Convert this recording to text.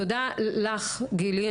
תודה לך גילי.